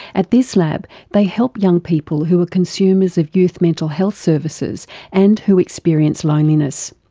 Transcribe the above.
at this lab they help young people who are consumers of youth mental health services and who experience loneliness.